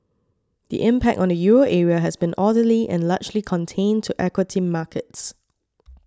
the impact on the Euro area has been orderly and largely contained to equity markets